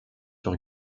sur